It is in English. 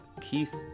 Keith